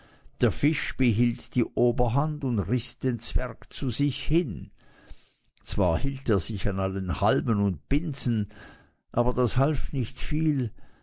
der fisch behielt die oberhand und riß den zwerg zu sich hin zwar hielt er sich an allen halmen und binsen aber das half nicht viel